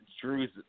Drew's